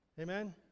Amen